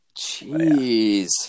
Jeez